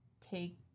take